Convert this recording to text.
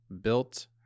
built